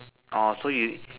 orh so you